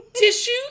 Tissue